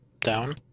down